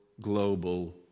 global